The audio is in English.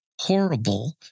horrible